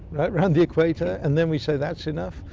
right round the equator, and then we say that's enough,